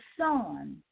son